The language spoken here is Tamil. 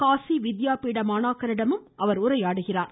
காசி வித்யா பீட மாணாக்கரிடமும் அவர் உரையாடுகிறார்